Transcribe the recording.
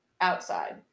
outside